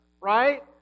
Right